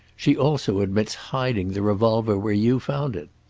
she also admits hiding the revolver where you found it.